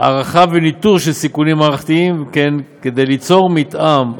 הערכה וניטור של סיכונים מערכתיים וכן כדי ליצור מתאם,